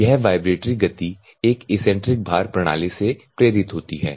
यह वाइब्रेटरी गति एक इसेंट्रिक भार प्रणाली से प्रेरित होती है